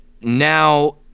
now